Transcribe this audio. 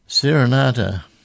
Serenata